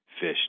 fish